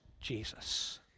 Jesus